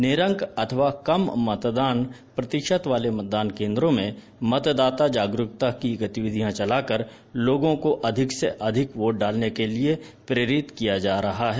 निरंक अथवा कम मतदान प्रतिशत वाले मतदान केन्द्रों में मतदाता जागरूकता की गतिविधियां चलाकर लोगों को अधिक वोट डालने के लिये प्रेरित किया जा रहा है